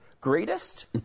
Greatest